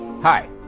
Hi